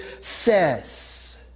says